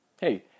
Hey